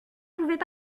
pouvaient